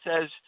says